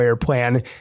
plan